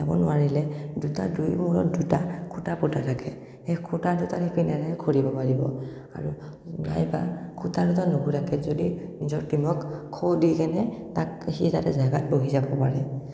যাব নোৱাৰিলে দুটা দুই মূৰত দুটা খুটা পোতা থাকে সেই খুটা দুটাৰ সিপিনেৰে ঘূৰিব পাৰিব আৰু নাইবা খুটা দুটাত নুঘূৰাকৈ যদি নিজৰ টিমক খ' দি কিনে তাক সি যাতে জাগাত বহি যাব পাৰে